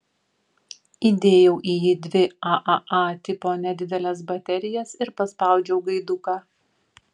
įdėjau į jį dvi aaa tipo nedideles baterijas ir paspaudžiau gaiduką